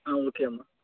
okay అమ్మ